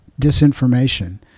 disinformation